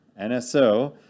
NSO